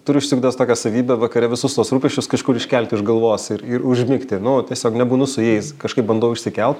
turiu išsiugdęs tokią savybę vakare visus tuos rūpeščius kažkur iškelti iš galvos ir ir užmigti nu tiesiog nebūnu su jais kažkaip bandau išsikel